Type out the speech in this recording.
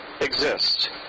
exist